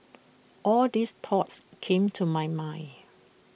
all these thoughts came to my mind